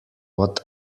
what